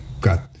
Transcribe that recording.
got